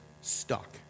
stuck